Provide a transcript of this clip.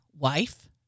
Wife